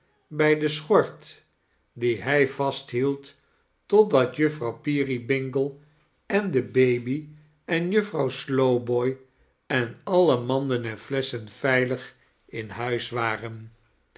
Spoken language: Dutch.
bij de schort die hij vasthield totdat juffrouw peerybingle en de baby en juffrouw slowboy en alle manden en flesschen veilig in huis waren